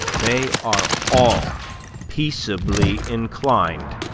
they are all peaceably inclined.